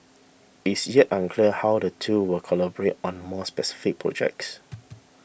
it's yet unclear how the two will collaborate on more specific projects